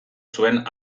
zuen